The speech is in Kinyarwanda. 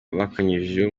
bakanyujijeho